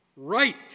right